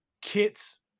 kit's